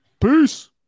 Peace